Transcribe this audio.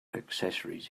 accessories